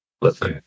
look